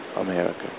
America